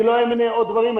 אני לא אמנה עוד דברים,